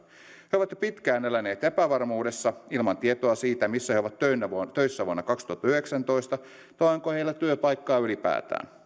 he ovat jo pitkään eläneet epävarmuudessa ilman tietoa siitä missä he ovat töissä vuonna kaksituhattayhdeksäntoista tai onko heillä työpaikkaa ylipäätään